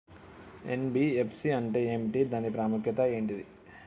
NBFC అంటే ఏమిటి దాని ప్రాముఖ్యత ఏంటిది?